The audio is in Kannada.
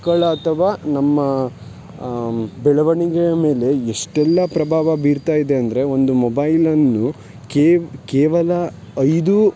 ಮಕ್ಕಳ ಅಥವಾ ನಮ್ಮ ಬೆಳವಣಿಗೆಯ ಮೇಲೆ ಎಷ್ಟೆಲ್ಲ ಪ್ರಭಾವ ಬೀರ್ತಾ ಇದೆ ಅಂದರೆ ಒಂದು ಮೊಬೈಲನ್ನು ಕೇವಲ ಐದು